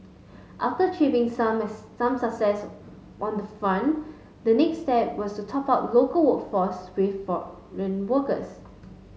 after achieving some as some success on that front the next step was to top up local workforce with workers